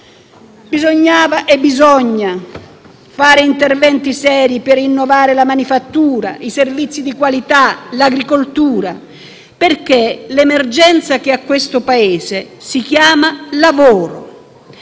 Bisognava e bisogna fare interventi seri per innovare la manifattura, i servizi di qualità e l'agricoltura, perché l'emergenza che questo Paese ha si chiama lavoro